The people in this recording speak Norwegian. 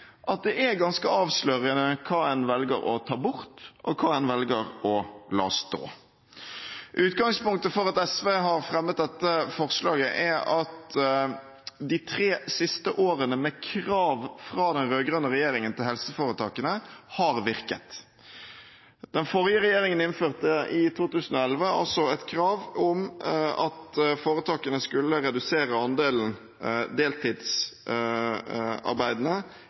det er ganske avslørende hva en velger å ta bort, og hva en velger å la stå. Utgangspunktet for at SV har fremmet dette forslaget er at de tre siste årene med krav fra den rød-grønne regjeringen til helseforetakene, har virket. Den forrige regjeringen innførte i 2011 et krav om at foretakene skulle redusere andelen deltidsarbeidende